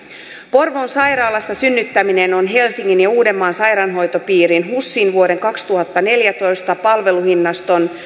porvoon sairaalassa synnyttäminen on helsingin ja uudenmaan sairaanhoitopiirin husin vuoden kaksituhattaneljätoista palveluhinnaston